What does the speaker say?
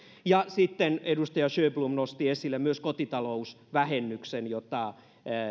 ja sitten edustaja sjöblom nosti esille myös kotitalousvähennyksen jota